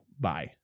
Bye